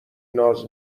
ناز